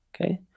okay